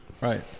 Right